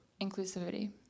inclusivity